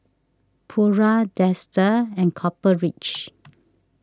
Pura Dester and Copper Ridge